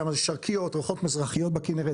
"שרקיות",